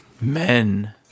Men